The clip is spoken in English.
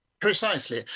Precisely